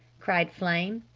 cried flame.